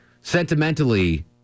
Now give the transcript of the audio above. Sentimentally